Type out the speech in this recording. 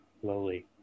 slowly